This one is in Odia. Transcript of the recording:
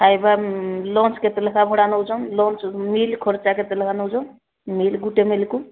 ଖାଇବା ଲଞ୍ଚ୍ କେତେ ଲେଖାଁ ଭଡ଼ା ନେଉଛ ଲଞ୍ଚ୍ ମିଲ୍ ଖର୍ଚ୍ଚ କେତେ ଲେଖାଁ ନେଉଛ ମିଲ୍ ଗୋଟେ ମିଲ୍କୁ